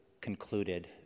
concluded